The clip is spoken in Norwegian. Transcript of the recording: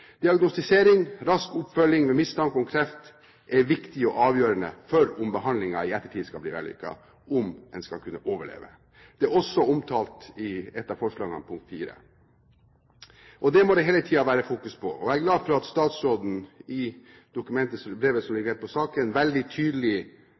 Diagnostisering og rask oppfølging ved mistanke om kreft er viktig og avgjørende for om behandlingen i ettertid skal bli vellykket, om en skal kunne overleve. Det er også omtalt i et av forslagene, punkt IV. Det må det hele tiden være fokus på, og jeg er glad for at statsråden i brevet som